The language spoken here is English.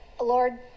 lord